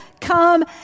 come